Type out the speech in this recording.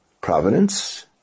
providence